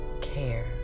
care